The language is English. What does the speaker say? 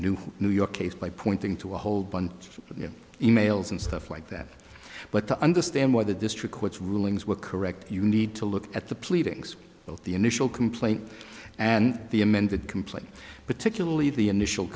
new new york case by pointing to a whole bunch of e mails and stuff like that but to understand what the district court's rulings were correct you need to look at the pleadings the initial complaint and the amended complaint particularly the initial